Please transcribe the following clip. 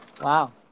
Wow